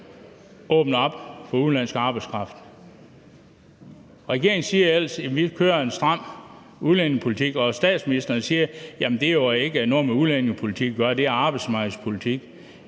åbnet op for udenlandsk arbejdskraft. Regeringen siger ellers, at de kører en stram udlændingepolitik, og statsministeren siger, at det ikke har noget med udlændingepolitik at gøre, det er arbejdsmarkedspolitik.